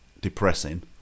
depressing